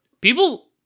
People